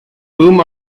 whom